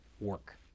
work